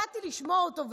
באתי לשמוע אותו.